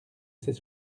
ses